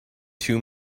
two